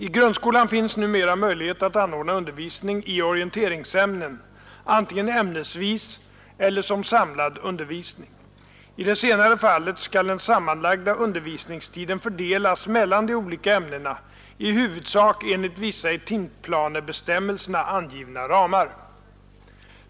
I grundskolan finns numera möjlighet att anordna undervisningen i orienteringsämnen antingen ämnesvis eller som samlad undervisning. I det senare fallet skall den sammanlagda undervisningstiden fördelas mellan de olika ämnena i huvudsak enligt vissa i timplanebestämmelserna angivna ramar.